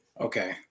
Okay